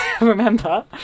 remember